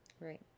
Right